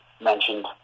mentioned